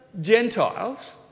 Gentiles